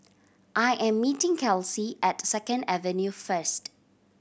I am meeting Kelsi at Second Avenue first